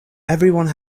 everyone